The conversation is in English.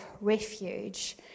refuge